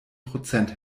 prozent